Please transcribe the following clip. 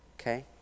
Okay